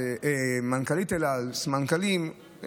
סמנכ"לים,